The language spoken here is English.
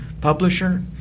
publisher